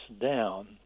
down